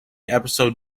episode